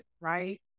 right